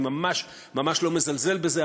אני ממש ממש לא מזלזל בזה,